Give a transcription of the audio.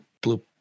blue